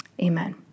amen